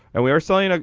and we are signing. like